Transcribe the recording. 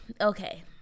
Okay